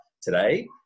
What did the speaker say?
today